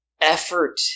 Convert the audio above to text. effort